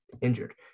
injured